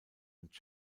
und